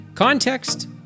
context